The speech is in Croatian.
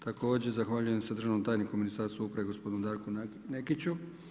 Također zahvaljujem se državnom tajniku u Ministarstvo uprave, gospodinu Darku Nekiću.